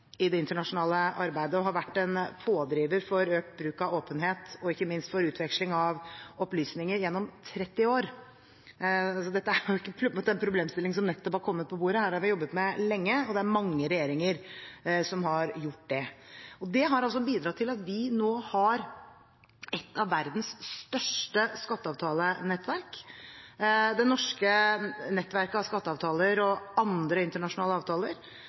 i det internasjonale arbeidet og har vært en pådriver for økt bruk av åpenhet og ikke minst for utveksling av opplysninger gjennom 30 år. Dette er ikke en problemstilling som nettopp har kommet på bordet. Dette har vi jobbet med lenge, og det er mange regjeringer som har gjort det. Det har bidratt til at vi nå har et av verdens største skatteavtalenettverk. Det norske nettverket av skatteavtaler og andre internasjonale avtaler,